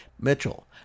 Mitchell